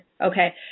okay